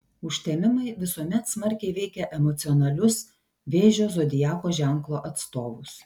užtemimai visuomet smarkiai veikia emocionalius vėžio zodiako ženklo atstovus